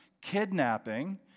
kidnapping